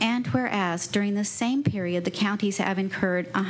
and whereas during the same period the counties have